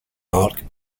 arc